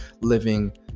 living